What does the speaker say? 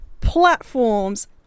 Platforms